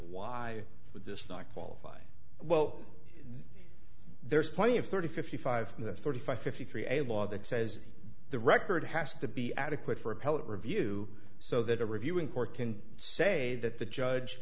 why would this not qualify well there's plenty of thirty fifty five thirty five fifty three a law that says the record has to be adequate for appellate review so that a reviewing court can say that the judge